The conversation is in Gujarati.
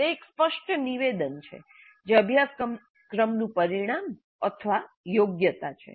તે એક સ્પષ્ટ નિવેદન છે જે અભ્યાસક્રમનું પરિણામ અથવા યોગ્યતા છે